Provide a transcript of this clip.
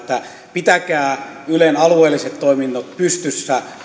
pitäkää ylen alueelliset toiminnot pystyssä